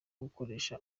gukoresha